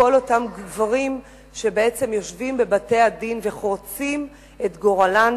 לכל אותם גברים שיושבים בבתי-הדין וחורצים את גורלן